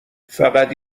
فقط